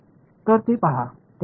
तर ते पहा त्याचा पॉवर